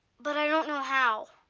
but i don't know how.